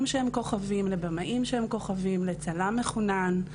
שהם כוכבים לבמאים שהם כוכבים לצלם מכונן,